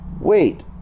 wait